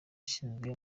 ishinzwe